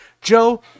joe